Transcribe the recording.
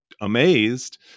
amazed